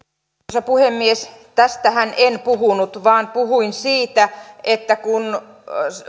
arvoisa puhemies tästähän en puhunut vaan puhuin siitä kun